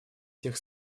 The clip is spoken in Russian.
всех